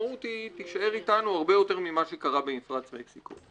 המשמעות תישאר איתנו הרבה יותר ממה שקרה במפרץ מקסיקו.